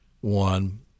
one